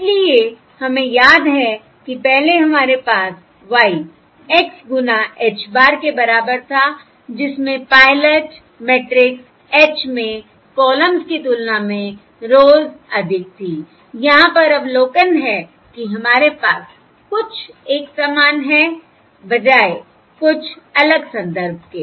इसलिए हमें याद है कि पहले हमारे पास y x गुना H bar के बराबर था जिसमें पायलट मैट्रिक्स H में कॉलम्ज की तुलना में रोज़ अधिक थीं यहां पर अवलोकन है कि हमारे पास कुछ एक समान है बजाय कुछ अलग संदर्भ के